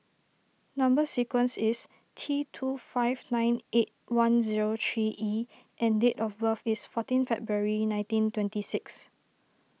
Number Sequence is T two five nine eight one zero three E and date of birth is fourteen February nineteen twenty six